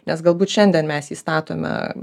nes galbūt šiandien mes jį statome